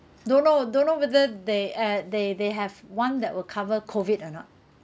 don't know don't know whether they err they they have one that will cover COVID or not